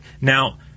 Now